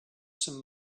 some